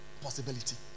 possibility